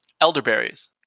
Elderberries